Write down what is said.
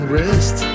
rest